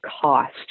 cost